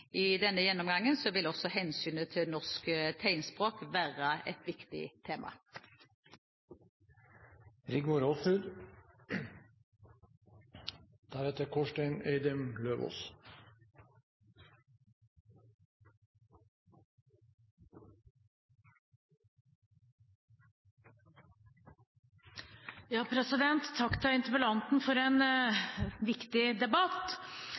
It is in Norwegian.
i denne sammenheng. I denne gjennomgangen vil også hensynet til norsk tegnspråk være et viktig tema. Takk til interpellanten for en viktig debatt.